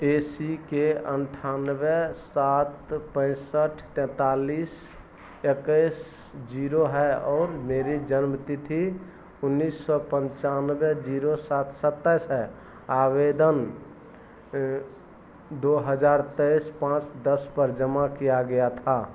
ए C के अट्ठानवे सात पैंसठ तैतालिस इक्कीस जीरो है और मेरी जन्म तिथि उन्नीस सौ पंचानवे जीरो सात सत्ताईस है आवेदन दो हज़ार तेईस पाँच दस पर जमा किया गया था